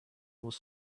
was